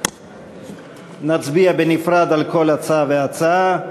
ודאי נצביע בנפרד על כל הצעה והצעה.